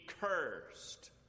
cursed